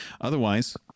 otherwise